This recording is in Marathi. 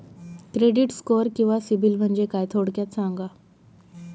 क्रेडिट स्कोअर किंवा सिबिल म्हणजे काय? थोडक्यात सांगा